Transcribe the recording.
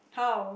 how